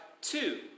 two